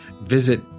Visit